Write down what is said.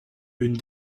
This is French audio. une